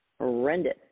horrendous